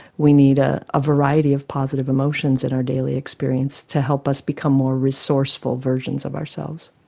we need a ah variety of positive emotions in our daily experience to help us become more resourceful versions of ourselves.